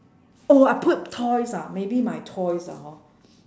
oh I put toys ah maybe my toys ah hor